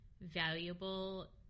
valuable